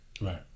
right